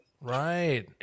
Right